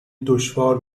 دشوار